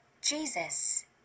Jesus